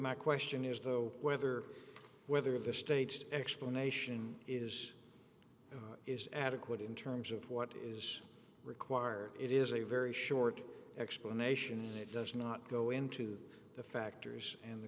my question is though whether whether the staged explanation is is adequate in terms of what is required it is a very short explanation it does not go into the factors and the